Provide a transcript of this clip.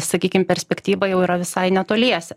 sakykim perspektyva jau yra visai netoliese